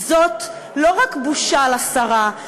זאת לא רק בושה לשרה,